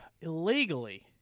illegally